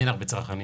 אין הרבה צרכנים